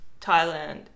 Thailand